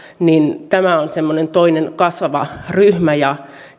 tämä on semmoinen toinen kasvava ryhmä ja